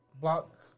block